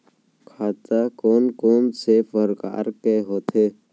खाता कोन कोन से परकार के होथे?